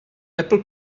apple